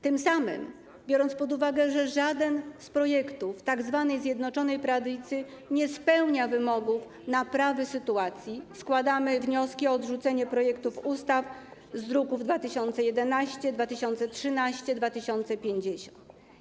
Tym samym, biorąc pod uwagę, że żaden z projektów tzw. Zjednoczonej Prawicy nie spełnia wymogów naprawy sytuacji, składamy wnioski o odrzucenie projektów ustaw z druków nr 2011, 2013 i 2050.